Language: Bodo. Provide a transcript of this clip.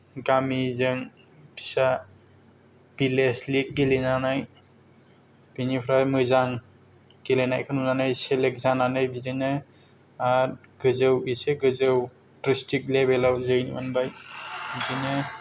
गामिजों फिसा भिलेज लिग गेलेनानै बेनिफ्राय मोजां गेलेनायखौ नुनानै सेलेक्त जानानै बिदिनो गोजौ इसे गोजौ द्रिस्तिक लेबेलाव जैन मोनबाय बिदिनो